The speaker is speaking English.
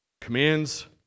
Commands